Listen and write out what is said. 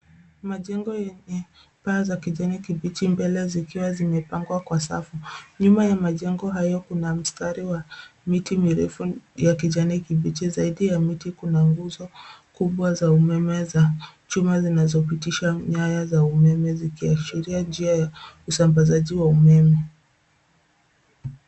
Majengo yenye paa za kijani kibichi mbele zikiwa zimepangwa kwa safu. Nyuma ya majengo hayo kuna mstari wa miti mirefu ya kijani kibichi. Zaidi ya miti kuna nguzo kubwa za umeme za chuma zinazopitisha nyaya za umeme zikiashiria njia ya usambazaji wa umeme.